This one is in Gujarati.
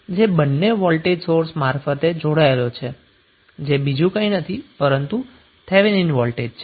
જે બંને વોલ્ટેજ સોર્સ મારફતે જોડાયેલ છે જે બીજું કંઈ નથી પરંતુ થેવેનિન વોલ્ટેજ છે